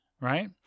Right